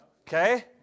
Okay